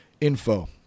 info